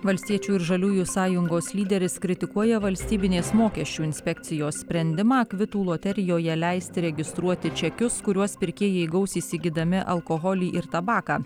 valstiečių ir žaliųjų sąjungos lyderis kritikuoja valstybinės mokesčių inspekcijos sprendimą kvitų loterijoje leisti registruoti čekius kuriuos pirkėjai gaus įsigydami alkoholį ir tabaką